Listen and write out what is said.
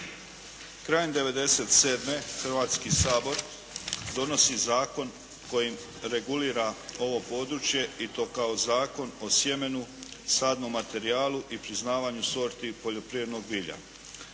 Krajem '97. Hrvatski sabor donosi zakon kojim regulira ovo područje i to kao Zakon o sjemenu, sadnom materijalu i priznavanju sorti poljoprivrednog bilja.